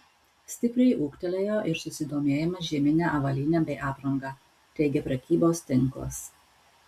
stipriai ūgtelėjo ir susidomėjimas žiemine avalyne bei apranga teigia prekybos tinklas